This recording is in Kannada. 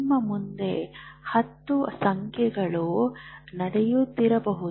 ನಿಮ್ಮ ಮುಂದೆ 10 ಸಂಗತಿಗಳು ನಡೆಯುತ್ತಿರಬಹುದು